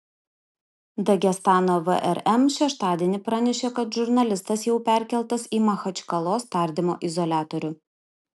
dagestano vrm šeštadienį pranešė kad žurnalistas jau perkeltas į machačkalos tardymo izoliatorių